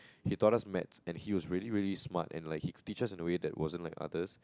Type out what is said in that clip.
he taught us maths and he was really really smart and like he teaches us a way that wasn't like others